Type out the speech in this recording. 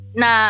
na